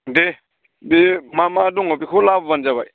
दे बे मा मा दङ बेखौ लाबोबानो जाबाय